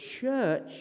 church